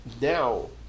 now